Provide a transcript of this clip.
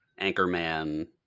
Anchorman